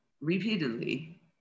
repeatedly